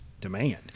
demand